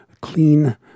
Clean